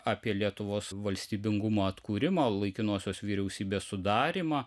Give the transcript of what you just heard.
apie lietuvos valstybingumo atkūrimą laikinosios vyriausybės sudarymą